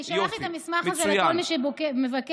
אני שולחת את המסמך הזה לכל מי שמבקש.